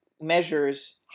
measures